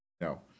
No